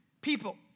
people